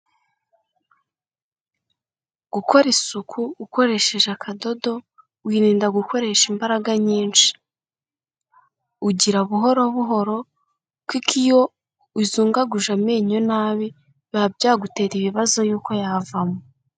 Gukora isuku ukoresheje akadodo wirinda gukoresha imbaraga nyinshi, ugira buhoro buhoro kuko iyo uzungaguje amenyo nabi biba byagutera ibibazo yuko yavamo.